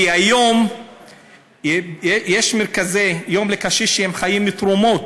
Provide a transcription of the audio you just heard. כי היום יש מרכזי יום לקשיש שחיים מתרומות,